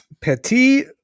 Petit